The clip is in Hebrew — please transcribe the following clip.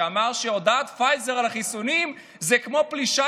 שאמר שהודעת פייזר על החיסונים זה כמו הפלישה